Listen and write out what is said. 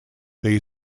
they